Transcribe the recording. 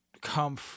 come